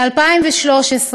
ב-2013,